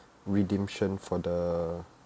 redemption for the